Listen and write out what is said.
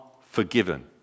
forgiven